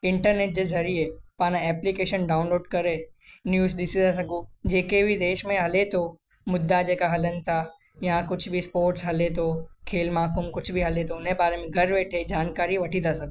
internet जे ज़रिए पाण एप्लीकेशन डाउनलोड करे न्यूज़ ॾिसी था सघूं जेके बि देश में हले थो मूद्दा जेका हलनि था या कुझु बि स्पोट्स हले थो खेल मां कुम कुझु बि हले थो उन जे बारे में घरु वेठे जानकारी वठी था सघूं